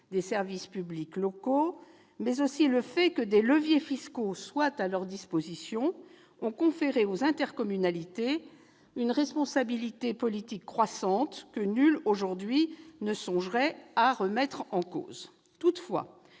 des services publics locaux, mais aussi le fait que des leviers fiscaux soient à leur disposition, ont conféré aux intercommunalités une responsabilité politique croissante, que nul ne songerait aujourd'hui à remettre en cause. Toutefois,